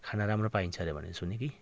खाना राम्रो पाइन्छ अरे भनेको सुनेँ कि